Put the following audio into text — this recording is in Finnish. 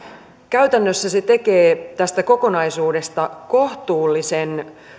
käytännössä se tekee tästä kokonaisuudesta kohtuullisen